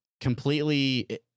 completely